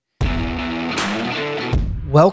Welcome